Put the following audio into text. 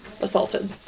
assaulted